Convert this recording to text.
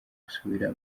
gusubira